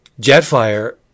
Jetfire